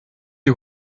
die